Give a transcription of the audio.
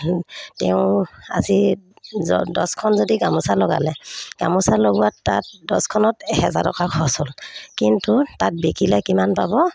তেওঁ আজি দহখন যদি গামোচা লগালে গামোচা লগোৱা তাত দহখনত এহেজাৰ টকা খৰচ হ'ল কিন্তু তাত বিকিলে কিমান পাব